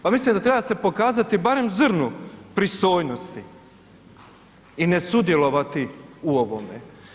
Pa mislim da treba se pokazati barem zrno pristojnosti i ne sudjelovati u ovome.